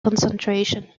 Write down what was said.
concentration